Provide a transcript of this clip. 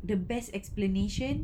the best explanation